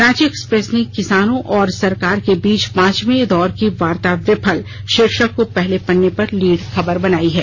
Ranchi Express ने किसानों और सरकार बीच पांचवे दौर की वार्ता विफल भाीर्शक को पहले पन्ने की लीड खबर बनाई है